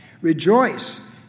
Rejoice